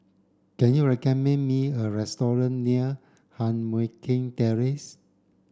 can you recommend me a restaurant near Heng Mui Keng Terrace